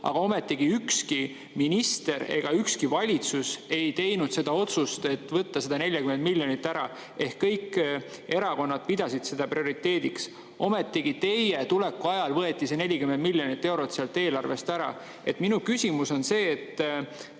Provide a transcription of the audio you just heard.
Ometigi ükski minister ega ükski valitsus ei teinud seda otsust, et võtta see 40 miljonit ära ehk kõik erakonnad pidasid seda prioriteediks. Ometigi teie tuleku ajal võeti see 40 miljonit eurot sealt [eelarvestrateegiast] ära. Minu küsimus on see,